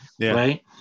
right